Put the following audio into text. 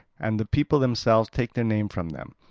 and the people themselves take their name from them.